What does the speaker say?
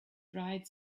dried